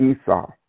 Esau